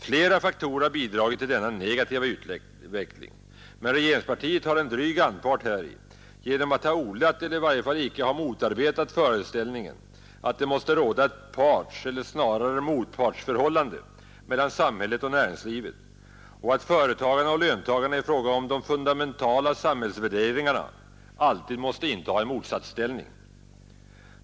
Flera faktorer har bidragit till denna negativa utveckling, men regeringspartiet har en dryg anpart häri genom att ha odlat eller i varje fall icke ha motarbetat föreställningen att det måste råda ett partseller snarare ett motpartsförhållande mellan samhället och näringslivet och att företagarna och löntagarna i fråga om de fundamentala samhällsvärderingarna alltid måste inta en motsatsställning.